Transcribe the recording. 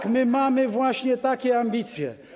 Tak, my mamy właśnie takie ambicje.